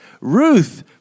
Ruth